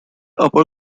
upper